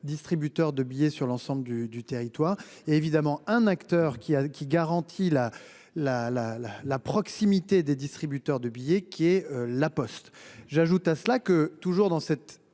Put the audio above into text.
distributeurs de billets sur l'ensemble du, du territoire et évidemment un acteur qui a, qui garantit la la la la la proximité des distributeurs de billets qui est la Poste. J'ajoute à cela que toujours dans cet